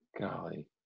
golly